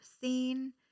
seen